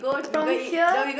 from here